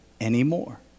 anymore